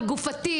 'על גופתי,